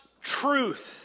truth